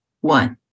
one